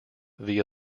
via